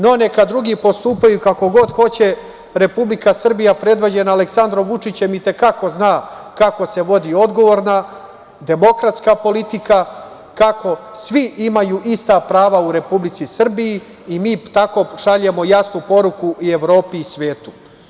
No, neka drugi postupaju kako god hoće, Republika Srbija predvođena Aleksandrom Vučićem, i te kako zna kako se vodi odgovorna, demokratska politika, kako svi imaju ista prava u Republici Srbiji, i mi tako šaljemo jasnu poruku i Evropi i svetu.